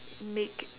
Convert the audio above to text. make